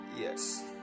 yes